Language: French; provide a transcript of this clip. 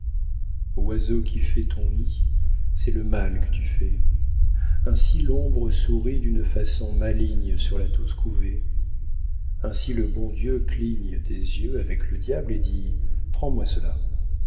oiseau qui fais ton nid c'est le mal que tu fais ainsi l'ombre sourit d'une façon maligne sur la douce couvée ainsi le bon dieu cligne des yeux avec le diable et dit prends-moi cela